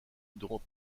dont